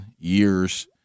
years